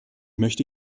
möchte